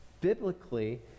biblically